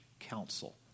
council